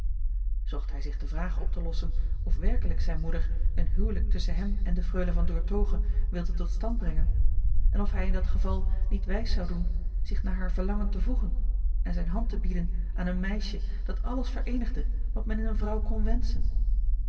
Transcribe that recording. zocht hij zich de vraag op te lossen of werkelijk zijn moeder een huwelijk tusschen hem en de freule van doertoghe wilde tot stand brengen en of hij in dat geval niet wijs zou doen zich naar haar verlangen te voegen en zijn hand te bieden aan een meisje dat alles vereenigde wat men in een vrouw kon wenschen